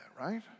right